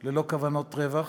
ללא כוונות רווח),